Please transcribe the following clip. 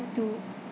to